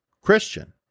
Christian